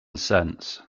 sense